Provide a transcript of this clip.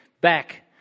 back